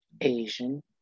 Asian